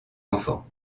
enfants